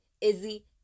Izzy